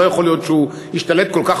הרי לא יכול להיות שהוא השתלט כל כך